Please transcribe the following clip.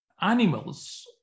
animals